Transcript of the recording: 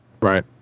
Right